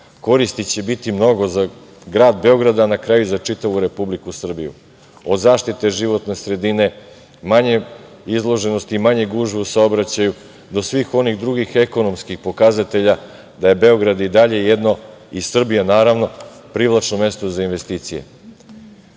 metro. Koristi će biti mnogo za grad Beograd, a na kraju i za čitavu Republiku Srbiju, od zaštite životne sredine, manje izloženosti i manje gužve u saobraćaju, do svih onih drugih ekonomskih pokazatelja da je Beograd i dalje jedno, i Srbija, naravno, privlačno mesto za investicije.